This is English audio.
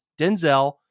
Denzel